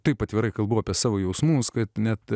taip atvirai kalbu apie savo jausmus kad net